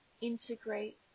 integrate